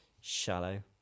shallow